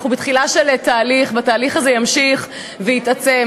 אנחנו בתחילה של תהליך, והתהליך הזה יימשך ויתעצם.